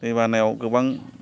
दै बानायाव गोबां